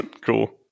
Cool